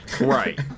right